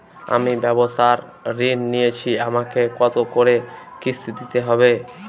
আমি ব্যবসার ঋণ নিয়েছি আমাকে কত করে কিস্তি দিতে হবে?